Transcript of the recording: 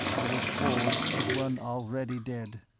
i was cold as one already dead,